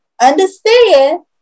Understand